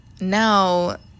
now